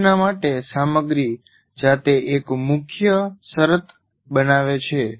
સૂચના માટે સામગ્રી જાતે એક મુખ્ય શરત બનાવે છે